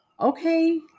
okay